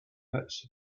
hits